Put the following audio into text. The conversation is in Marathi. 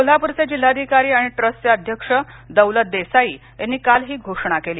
कोल्हापूरचे जिल्हाधिकारी आणि ट्रस्टचे अध्यक्ष दौलत देसाई यांनी काल ही घोषणा केली